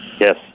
Yes